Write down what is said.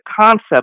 concept